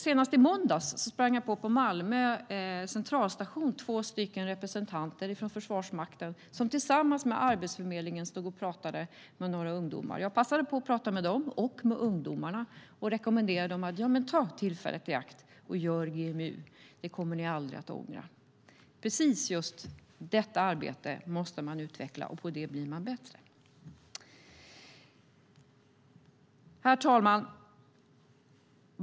Senast i måndags sprang jag på Malmö Centralstation på två representanter från Försvarsmakten som tillsammans med representanter från Arbetsförmedlingen pratade med några ungdomar. Jag passade på att prata med dem och med ungdomarna, och jag rekommenderade ungdomarna att ta tillfället i akt och göra GMU - något de aldrig kommer att ångra. Precis detta arbete måste utvecklas och bli bättre. Herr talman!